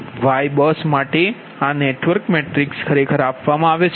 તેથી YBUS માટે આ નેટવર્ક મેટ્રિક્સ ખરેખર આપવામાં આવે છે